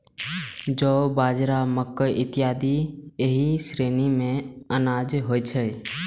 जौ, बाजरा, मकइ इत्यादि एहि श्रेणी के अनाज होइ छै